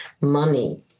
money